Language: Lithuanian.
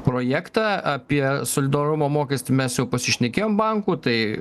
projektą apie solidarumo mokestį mes jau pasišnekėjom bankų tai